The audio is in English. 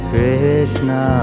Krishna